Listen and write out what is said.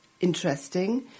interesting